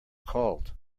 called